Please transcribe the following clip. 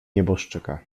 nieboszczyka